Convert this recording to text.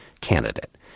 candidate